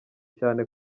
cyane